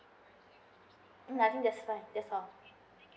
mm ya that's fine that's all